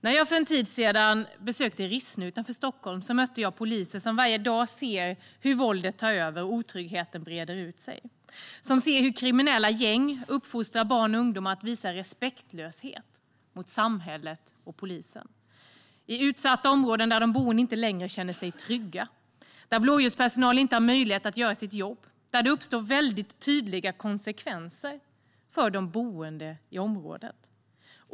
När jag för en tid sedan besökte Rissne utanför Stockholm mötte jag poliser som varje dag ser hur våldet tar över och otryggheten breder ut sig. De ser hur kriminella gäng uppfostrar barn och ungdomar att visa respektlöshet mot samhället och polisen. Detta sker i utsatta områden där de boende inte längre känner sig trygga, där blåljuspersonal inte har möjlighet att göra sitt jobb och där detta får väldigt tydliga konsekvenser för de boende i området.